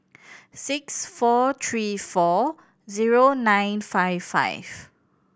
six four three four zero nine five five